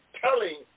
telling